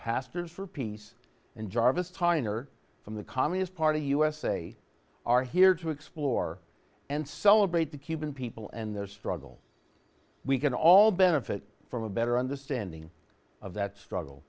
pastors for peace and jarvis tyner from the communist party usa are here to explore and celebrate the cuban people and their struggle we can all benefit from a better understanding of that struggle